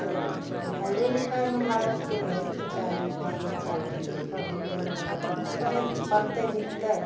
तऽ पढ़ाइओ लिखाइमे माइ बापके हेल्प चाही बाल बच्चाके पीठपर हाथ देने रहबै तब तऽ पढ़े पढ़तै लिखतै